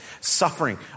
Suffering